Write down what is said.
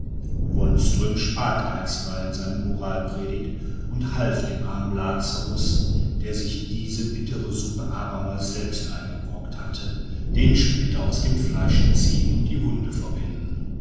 sparte einstweilen seine moralpredigt und half dem armen lazarus der sich diese bittere suppe abermals selbst eingebrockt hatte den splitter aus dem fleische ziehen und die wunde verbinden